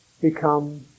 Become